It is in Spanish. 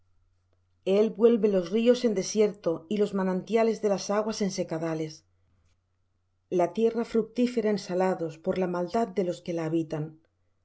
el vuelve los ríos en desierto y los manantiales de las aguas en secadales la tierra fructífera en salados por la maldad de los que la habitan